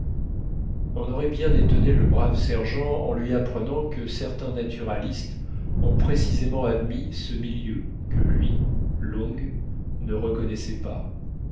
on aurait bien étonné le brave sergent en lui apprenant que certains naturalistes ont précisément admis ce milieu que lui long ne reconnaissait pas